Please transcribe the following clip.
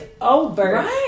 over